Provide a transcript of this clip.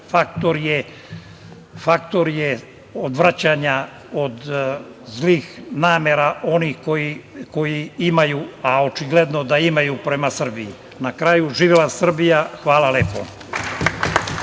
faktor je odvraćanja od zlih namera onih koji ih imaju, a očigledno da ih imaju prema Srbiji. Na kraju, živela Srbija! Hvala lepo.